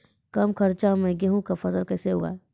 कम खर्च मे गेहूँ का फसल कैसे उगाएं?